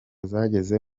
zageze